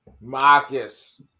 Marcus